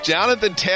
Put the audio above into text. Jonathan